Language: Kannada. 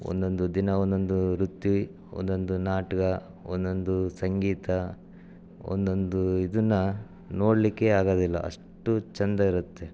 ಒಂದೊಂದು ದಿನ ಒಂದೊಂದು ವೃತ್ತಿ ಒಂದೊಂದು ನಾಟ್ಕ ಒಂದೊಂದು ಸಂಗೀತ ಒಂದೊಂದು ಇದನ್ನ ನೋಡಲಿಕ್ಕೇ ಆಗೋದಿಲ್ಲ ಅಷ್ಟು ಚೆಂದ ಇರುತ್ತೆ